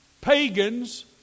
pagans